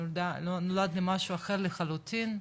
נולד למשהו אחר לחלוטין,